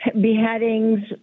beheadings